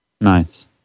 Nice